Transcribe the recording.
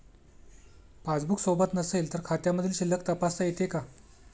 Passbook सोबत नसेल तर खात्यामधील शिल्लक तपासता येते का?